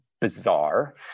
bizarre